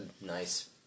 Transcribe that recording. nice